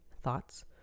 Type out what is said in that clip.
thoughts